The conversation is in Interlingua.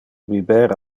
biber